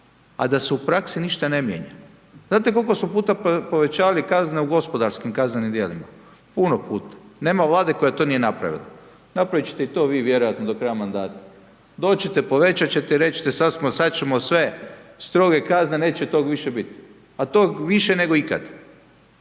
a da se u praksi ništa ne mijenja. Znate koliko smo puta povećavali kazne u gospodarskim kaznenim djelima? Puno puta. Nema Vlade koja to nije napravila. Napraviti ćete i to vi vjerojatno do kraja mandata. Doći ćete, povećati ćete i reći ćete sada ćemo sve stroge kazne, neće toga više biti. A tog više nego ikad.